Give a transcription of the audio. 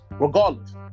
regardless